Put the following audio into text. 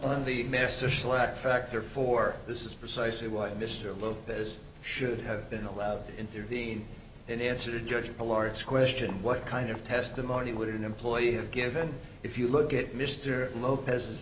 on the mr slack factor for this is precisely why mr booked this should have been allowed intervene and answer the judge a large question what kind of testimony would an employee have given if you look at mr lopez's